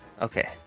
Okay